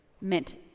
meant